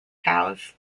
cows